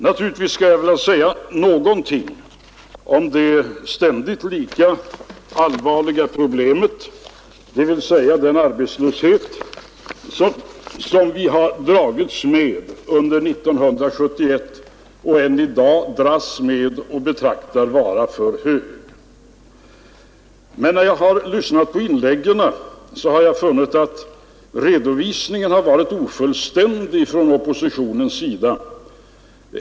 Naturligtvis skulle jag vilja säga någonting om det ständigt lika allvarliga problemet, dvs. den arbetslöshet som vi har dragits med under 1971 och anser vara för hög. Men när jag har lyssnat på inläggen har jag funnit att redovisningen varit ofullständig från oppositionens sida.